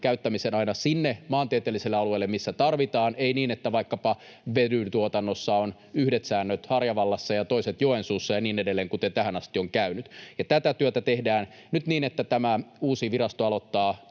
käyttämisen aina sinne maantieteelliselle alueelle, missä tarvitaan — ei niin, että vaikkapa vedyntuotannossa on yhdet säännöt Harjavallassa ja toiset Joensuussa ja niin edelleen, kuten tähän asti on käynyt. Tätä työtä tehdään nyt niin, että tämä uusi virasto aloittaa